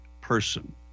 person